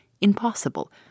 impossible